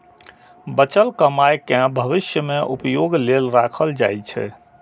बचल कमाइ कें भविष्य मे उपयोग लेल राखल जाइ छै